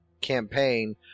campaign